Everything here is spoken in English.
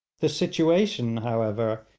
the situation, however,